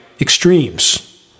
extremes